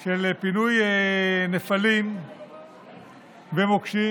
של פינוי נפלים ומוקשים.